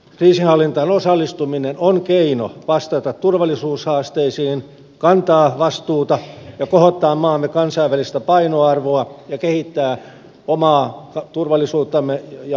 kriisinhallintaan osallistuminen on keino vastata turvallisuushaasteisiin kantaa vastuuta kohottaa maamme kansainvälistä painoarvoa ja kehittää omaa turvallisuuttamme ja osaamistamme